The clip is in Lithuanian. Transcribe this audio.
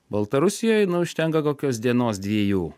baltarusijoj nu užtenka kokios dienos dviejų